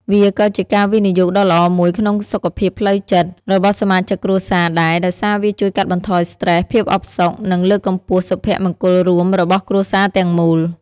វាក៏ជាការវិនិយោគដ៏ល្អមួយក្នុងសុខភាពផ្លូវចិត្តរបស់សមាជិកគ្រួសារដែរ ដោយសារវាជួយកាត់បន្ថយស្ត្រេស ភាពអផ្សុក និងលើកកម្ពស់សុភមង្គលរួមរបស់គ្រួសារទាំងមូល។